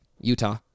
Utah